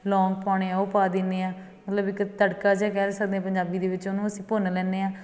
ਲੌਂਗ ਪਾਉਣੇ ਆ ਉਹ ਪਾ ਦਿੰਦੇ ਹਾਂ ਮਤਲਬ ਇਕ ਤੜਕਾ ਜਿਹਾ ਕਹਿ ਸਕਦੇ ਪੰਜਾਬੀ ਦੇ ਵਿੱਚ ਉਹਨੂੰ ਅਸੀਂ ਭੁੰਨ ਲੈਂਦੇ ਹਾਂ